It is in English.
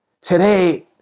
Today